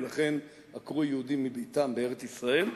ולכן עקרו יהודים מביתם בארץ-ישראל.